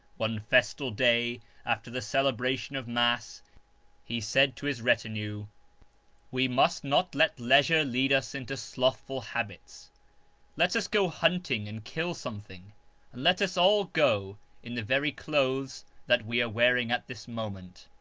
one festal day after the celebration of mass he said to his retinue we must not let leisure lead us into slothful habits let us go hunting and kill something and let us all go in the very clothes that we are wearing at this moment.